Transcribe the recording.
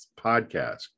podcast